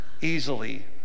easily